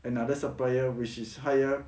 another supplier which is higher